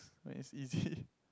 like is easy